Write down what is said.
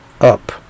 up